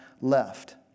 left